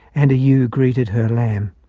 and a ewe greeted her lamb,